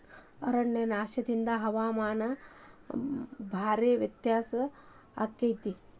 ಅರಣ್ಯನಾಶದಿಂದ ಹವಾಮಾನದಲ್ಲಿ ಭಾರೇ ವ್ಯತ್ಯಾಸ ಅಕೈತಿ